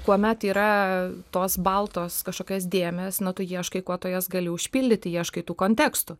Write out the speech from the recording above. kuomet yra tos baltos kažkokios dėmės na tu ieškai kuo tu jas gali užpildyti ieškai tų kontekstų